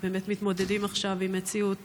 שבאמת מתמודדים עכשיו עם מציאות